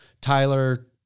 Tyler